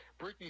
Britney